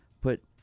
put